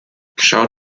schau